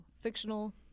fictional